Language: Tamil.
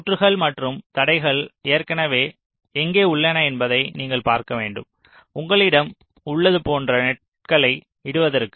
சுற்றுகள் மற்றும் தடைகள் ஏற்கனவே எங்கே உள்ளன என்பதை நீங்கள் பார்க்க வேண்டும் உங்களிடம் உள்ளது போன்ற நெட்களை இடுவதற்கு